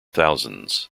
thousands